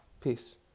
Peace